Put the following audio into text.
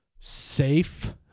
safe